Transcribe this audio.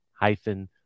hyphen